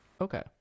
Okay